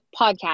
podcast